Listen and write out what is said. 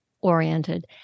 oriented